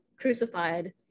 crucified